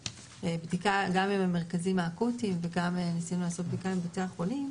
בדיקה גם עם המרכזים האקוטיים וגם ניסינו לעשות בדיקה עם בתי החולים,